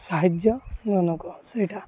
ସାହାଯ୍ୟ ମନକ ସେଇଟା